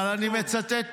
אבל אני מצטט מישהו.